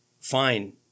fine